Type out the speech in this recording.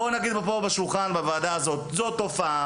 בואו נגיד פה על שולחן הוועדה הזו: זו תופעה.